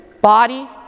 body